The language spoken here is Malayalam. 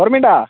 ഓർമ്മയുണ്ടോ